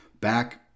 back